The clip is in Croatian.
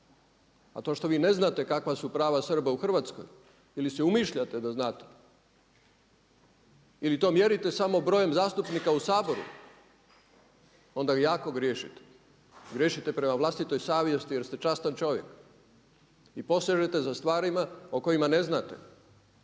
A to što vi ne znate kakva su prava Srba u Hrvatskoj ili si umišljate da znate ili to mjerite samo brojem zastupnika u Saboru onda vi jako griješite. Griješite prema vlastitoj savjesti jer ste častan čovjek i posežete za stvarima o kojima ne znate